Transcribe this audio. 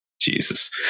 Jesus